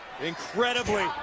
Incredibly